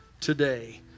today